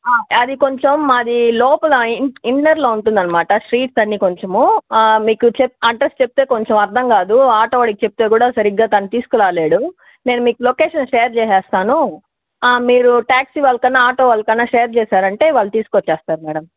అది కొంచెం మాది లోపల ఇన్ ఇన్నర్లో ఉంటుంది అన్నమాట స్ట్రీట్స్ అన్ని కొంచెము మీకు చెప్ అడ్రస్ చెప్తే కొంచెం అర్థం కాదు ఆటో వాడికి చెప్తే కూడా సరిగ్గా తను తీసుకురాలేడు నేను మీకు లొకేషన్ షేర్ చేస్తాను మీరు ట్యాక్సీ వాళ్ళకైనా ఆటో వాళ్ళకైనా షేర్ చేసారు అంటే వాళ్ళు తీసుకుని వచ్చేస్తారు మేడం